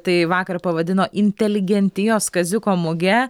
tai vakar pavadino inteligentijos kaziuko muge